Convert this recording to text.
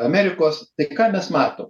amerikos tai ką mes matom